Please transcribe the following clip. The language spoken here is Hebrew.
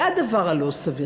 זה הדבר הלא-סביר.